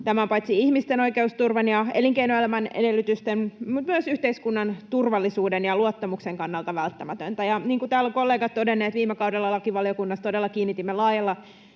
Tämä on paitsi ihmisten oikeusturvan ja elinkeinoelämän edellytysten myös yhteiskunnan turvallisuuden ja luottamuksen kannalta välttämätöntä. Ja niin kuin täällä ovat kollegat todenneet, viime kaudella lakivaliokunnassa todella kiinnitimme laajalla